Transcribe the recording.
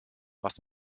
was